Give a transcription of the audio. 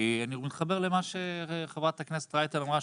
אני מתחבר למה שחברת הכנסת רייטן אמרה,